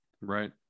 Right